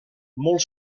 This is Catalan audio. molt